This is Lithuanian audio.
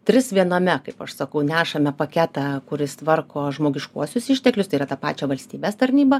tris viename kaip aš sakau nešame paketą kuris tvarko žmogiškuosius išteklius tai yra tą pačią valstybės tarnybą